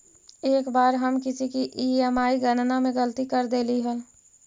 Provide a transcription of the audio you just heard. एक बार हम किसी की ई.एम.आई की गणना में गलती कर देली हल